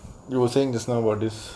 you were saying just now about this